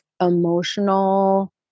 emotional